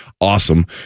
awesome